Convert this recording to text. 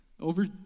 Over